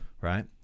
Right